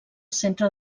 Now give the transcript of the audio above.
centre